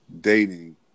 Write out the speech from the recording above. dating